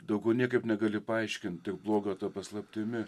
daugiau niekaip negali paaiškinti blogio ta paslaptimi